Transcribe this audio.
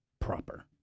proper